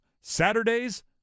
Saturdays